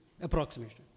Approximation